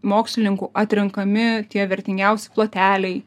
mokslininkų atrenkami tie vertingiausi ploteliai